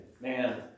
man